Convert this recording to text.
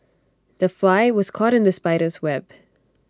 the fly was caught in the spider's web